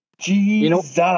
Jesus